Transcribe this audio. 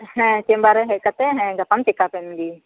ᱦᱮᱸ ᱪᱮᱢᱵᱟᱨ ᱨᱮ ᱦᱮᱡ ᱠᱟᱛᱮᱫ ᱦᱮᱸ ᱜᱟᱯᱟᱢ ᱪᱮᱠᱟᱯ ᱮᱱ ᱜᱮ